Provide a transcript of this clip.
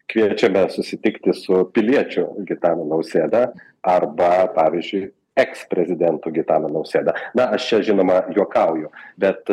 kviečiame susitikti su piliečiu gitanu nausėda arba pavyzdžiui eksprezidentu gitanu nausėda na aš žinoma juokauju bet